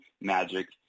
magic